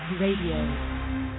Radio